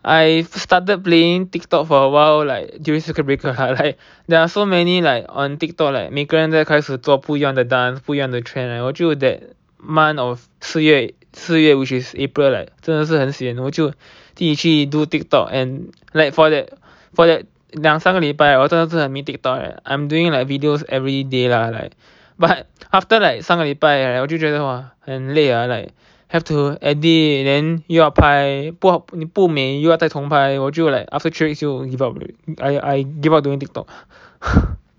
I started playing Tiktok for awhile like during circuit breaker lah right there are so many like on Tiktok like 每个人在开始做不一样的 dance 不一样的 trend right 我就 that month of 四月四月 which is april like 真的是很 sian 我就自己去 do Tiktok and like for that for that 两三个礼拜我真的是很迷 Tiktok I'm doing like videos every day lah like but after like 三个礼拜 right 我就觉得 like !wah! 很累 like have to edit then 又要拍不好你不美又要从拍我就 like after three weeks 就 give up I I give up doing Tiktok